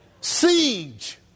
siege